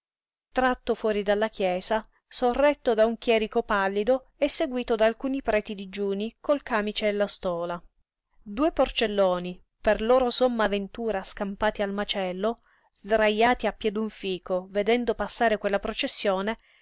tratto fuori dalla chiesa sorretto da un chierico pallido e seguito da alcuni preti digiuni col càmice e la stola due porcelloni per loro somma ventura scampati al macello sdrajati a piè d'un fico vedendo passare quella processione